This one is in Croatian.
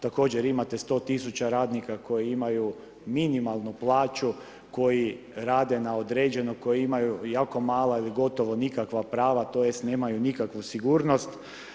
Također imate 100 000 radnika koji imaju minimalno plaću koji rade na određeno koji imaju jako mala ili gotovo nikakva prava tj. nemaju nikakvu sigurnost.